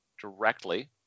directly